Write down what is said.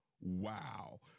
Wow